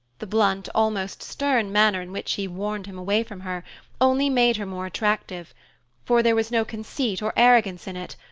the blunt, almost stern manner in which she warned him away from her only made her more attractive for there was no conceit or arrogance in it,